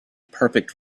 perfect